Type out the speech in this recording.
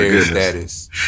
status